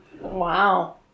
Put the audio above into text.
Wow